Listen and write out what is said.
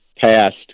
passed